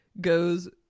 goes